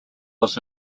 was